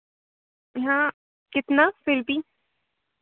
हाँ कितना फिर भी